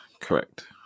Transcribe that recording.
Correct